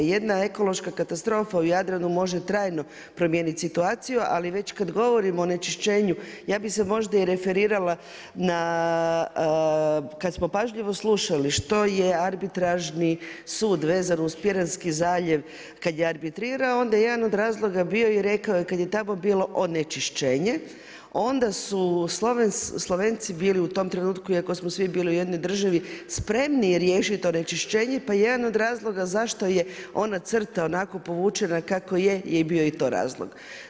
Jedna ekološka katastrofa u Jadranu može trajno promijeniti situaciju, ali kada već govorimo onečišćenju, ja bih se možda referirala na kada smo pažljivo slušali što je Arbitražni sud vezano uz Piranski zaljev kada je arbitrirao onda je jedan od razloga bio i rekao je kada je tamo bilo onečišćenje onda su Slovenci bili u tom trenutku, iako smo svi bili u jednoj državi, spremni riješiti onečišćenje, pa je jedan od razloga zašto je ona crta onako povučena kako je, je bio i to razlog.